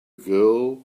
girl